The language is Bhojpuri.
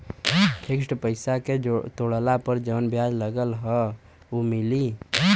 फिक्स पैसा के तोड़ला पर जवन ब्याज लगल बा उ मिली?